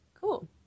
Cool